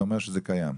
אתה אומר שזה קיים.